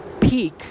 peak